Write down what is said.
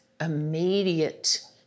immediate